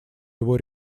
его